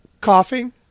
coughing